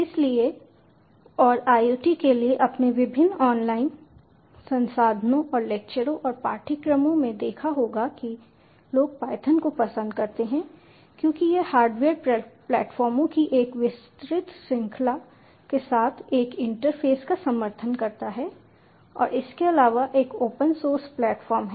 इसलिए और IoT के लिए आपने विभिन्न ऑनलाइन संसाधनों और लेक्चरों और पाठ्यक्रमों में देखा होगा कि लोग पायथन को पसंद करते हैं क्योंकि यह हार्डवेयर प्लेटफार्मों की एक विस्तृत श्रृंखला के साथ एक इंटरफ़ेस का समर्थन करता है और इसके अलावा एक ओपन सोर्स प्लेटफॉर्म है